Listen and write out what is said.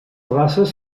races